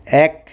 এক